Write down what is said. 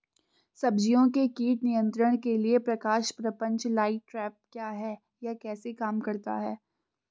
सब्जियों के कीट नियंत्रण के लिए प्रकाश प्रपंच लाइट ट्रैप क्या है यह कैसे काम करता है?